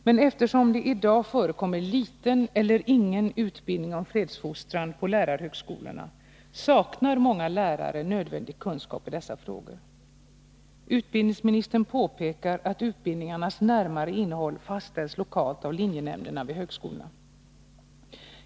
Men eftersom det i dag förekommer liten eller ingen utbildning om fredsfostran på lärarhögskolorna, saknar många lärare nödvändig kunskap i dessa frågor. Utbildningsministern påpekar att utbildningarnas närmare innehåll fastställs lokalt av linjenämnderna vid högskolorna.